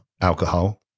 alcohol